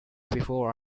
before